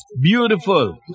Beautiful